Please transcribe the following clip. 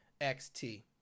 XT